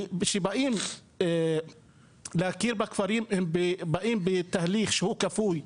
וכשבאים להכיר בכפרים, הם באים בתהליך שהוא כפוי,